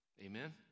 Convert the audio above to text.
Amen